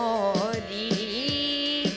already